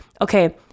okay